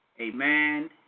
amen